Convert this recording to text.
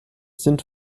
sind